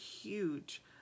huge